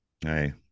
hey